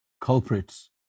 culprits